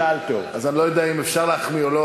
אז אני לא יודע אם אפשר להחמיא או לא,